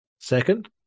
Second